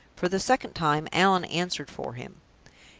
for the second time, allan answered for him.